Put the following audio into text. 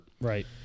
Right